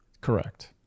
Correct